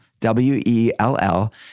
W-E-L-L